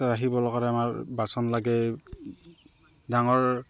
সেইবোৰ কাৰণে আমাৰ বাচন লাগে ডাঙৰ